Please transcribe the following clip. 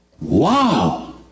Wow